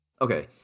Okay